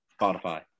Spotify